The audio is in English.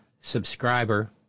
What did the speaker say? subscriber